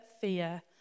fear